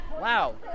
Wow